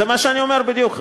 זה מה שאני אומר בדיוק.